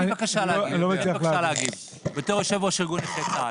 תן לי בבקשה להגיד בתור יושב ראש ארגון נכי צה"ל.